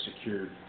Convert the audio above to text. secured